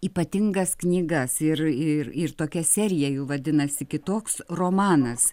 ypatingas knygas ir ir ir tokia serija jų vadinasi kitoks romanas